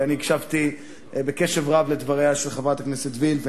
ואני הקשבתי בקשב רב לדבריה של חברת הכנסת וילף,